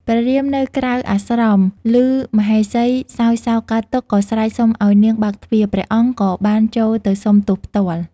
ព្រះរាមនៅក្រៅអាស្រម ឮមហេសីសោយសោកកើតទុក្ខ ក៏ស្រែកសុំឱ្យនាងបើកទ្វារ ព្រះអង្គក៏បានចូលទៅសុំទោសផ្ទាល់។